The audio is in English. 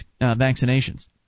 vaccinations